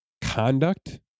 conduct